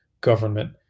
government